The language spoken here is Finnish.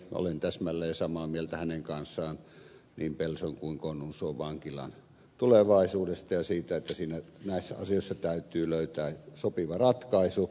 olen täsmälleen samaa mieltä hänen kanssaan niin pelson kuin konnunsuon vankilan tulevaisuudesta ja siitä että näissä asioissa täytyy löytää sopiva ratkaisu